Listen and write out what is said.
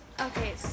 Okay